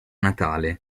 natale